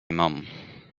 mom